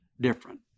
different